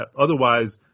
Otherwise